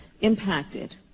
impacted